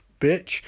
bitch